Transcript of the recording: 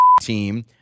team